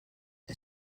est